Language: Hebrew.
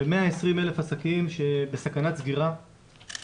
ו-120,000 עסקים שבסכנת סגירה,